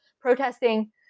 protesting